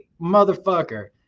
motherfucker